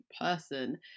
person